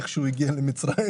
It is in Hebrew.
איכשהו הוא הגיע למצרים.